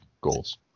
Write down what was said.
goals